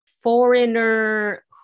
foreigner